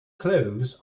clothes